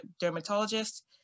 dermatologist